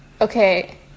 okay